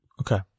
Okay